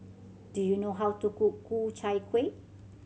do you know how to cook Ku Chai Kuih